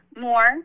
more